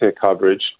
coverage